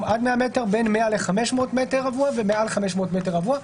בין 100 ל-500 מטרים רבועים ומעל 500 מטרים רבועים.